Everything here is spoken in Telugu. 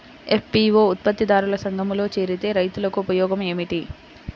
ఎఫ్.పీ.ఓ ఉత్పత్తి దారుల సంఘములో చేరితే రైతులకు ఉపయోగము ఏమిటి?